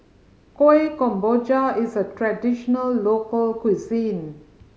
Kuih Kemboja is a traditional local cuisine